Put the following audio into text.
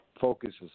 focuses